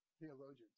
theologians